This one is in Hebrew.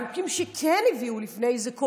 החוקים שכן הביאו לפני זה,